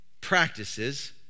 practices